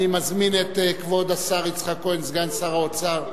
אני מזמין את כבוד השר יצחק כהן, סגן שר האוצר,